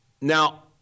Now